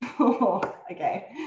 Okay